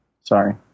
sorry